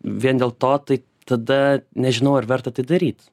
vien dėl to tai tada nežinau ar verta tai daryt